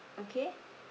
okay